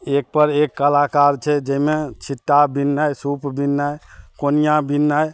एक पर एक कलाकार छै जैमे छिट्टा बिननाइ सूप बिननाइ कोनिया बिननाइ